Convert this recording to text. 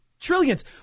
trillions